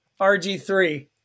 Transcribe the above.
RG3